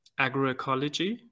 agroecology